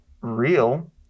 real